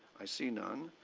i see none.